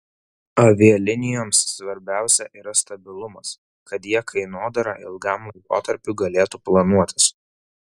avialinijoms svarbiausia yra stabilumas kad jie kainodarą ilgam laikotarpiui galėtų planuotis